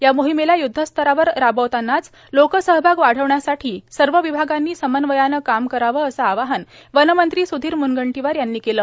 या मोहिमेला युध्दस्तरावर राबवतानाच लोक सहभाग वाढवण्यासाठी सर्व विभागांनी समन्वयानं काम करावं असं आवाहन वनमंत्री सुधीर मुनगंटीवार यांनी केलं